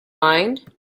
mind